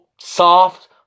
soft